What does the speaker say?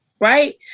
Right